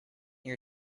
your